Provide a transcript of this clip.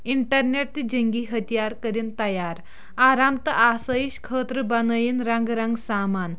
internet تہٕ جَنگی ہتھیار کٔرینۍ تَیار آرام تہٕ آسٲیِش خٲطرٕ بَنٲیِنۍ رَنگہٕ رَنگہٕ سامان